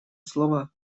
слово